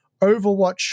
Overwatch